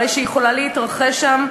הרי שהיא יכולה להתרחש שם,